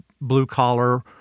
blue-collar